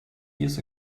years